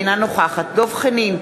אינה נוכחת דב חנין,